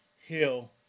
Hill